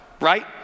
right